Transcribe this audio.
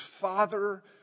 father